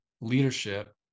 leadership